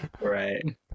Right